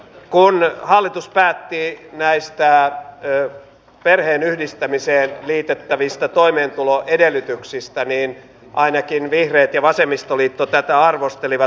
kun hallitus päätti näistä perheenyhdistämiseen liitettävistä toimeentuloedellytyksistä niin ainakin vihreät ja vasemmistoliitto tätä arvostelivat